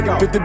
50